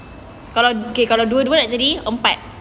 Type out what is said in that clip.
kalau okay kalau dua-dua nak jadi empat